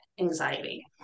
anxiety